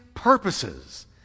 purposes